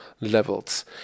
levels